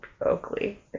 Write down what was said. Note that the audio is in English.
Oakley